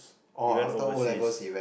he went overseas